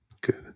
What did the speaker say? good